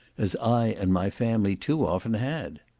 as i and my family too often had.